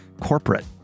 corporate